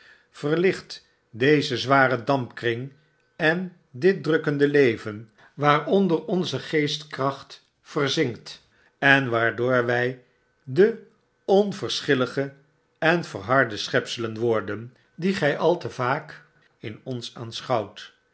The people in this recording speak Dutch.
verlicht dezen zwaren dampkring en dit drukkende leven waaronder onze geestkracht verzinkt en waardoor wij de onverschillige en verharde schepselen worden die gy al te vaak in ons aanschouwt